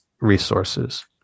resources